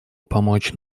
помочь